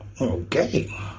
Okay